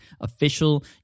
official